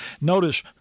Notice